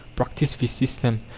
practise this system.